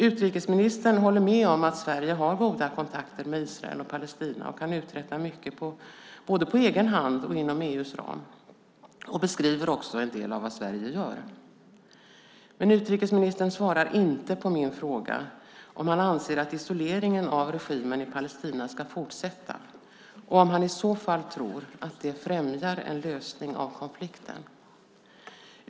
Utrikesministern håller med om att Sverige har goda kontakter med Israel och Palestina och kan uträtta mycket både på egen hand och inom EU:s ram och beskriver också en del av vad Sverige gör. Men utrikesministern svarar inte på min fråga om han anser att isoleringen av regimen av Palestina ska fortsätta och om han i så fall tror att det främjar en lösning av konflikten.